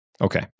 Okay